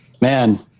man